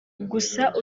gusa